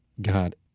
God